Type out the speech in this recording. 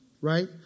Right